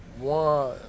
One